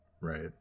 Right